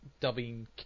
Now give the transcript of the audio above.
dubbing